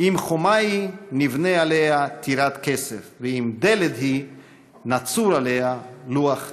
"אם חומה היא נבנה עליה טירת כסף ואם דלת היא נצור עליה לוח ארז".